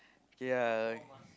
okay ah